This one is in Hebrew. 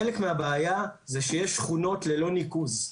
חלק מהבעיה זה שיש שכונות ללא ניקוז,